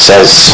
Says